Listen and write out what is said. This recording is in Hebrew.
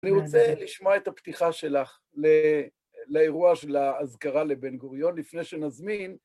אני רוצה לשמוע את הפתיחה שלך לאירוע של האזכרה לבן גוריון, לפני שנזמין.